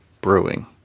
Brewing